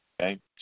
okay